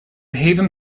haven